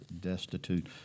destitute